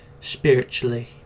spiritually